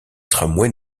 tramway